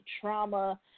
trauma